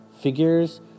figures